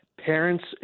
Parents